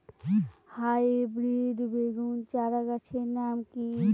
Hybrid বেগুন চারাগাছের নাম কি?